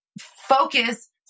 focus